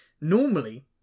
Normally